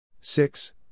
six